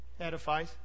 edifies